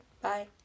Bye